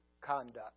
conduct